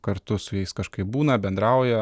kartu su jais kažkaip būna bendrauja